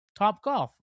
Topgolf